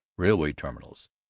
railway terminals.